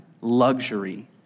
luxury